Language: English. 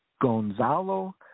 Gonzalo